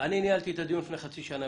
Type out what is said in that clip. ניהלתי את הדיון לפני חצי שנה